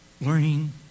Learning